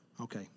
Okay